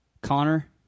Connor